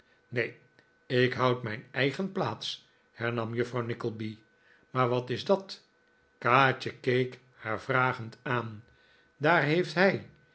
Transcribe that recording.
neen ik houd mijn eigen plaats hernam juffrouw nickleby maar wat is dat kaatje keek haar vragend aan daar heeft hij